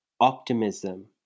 optimism